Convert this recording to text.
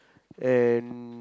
and